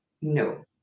No